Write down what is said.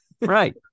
right